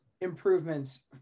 improvements